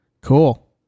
cool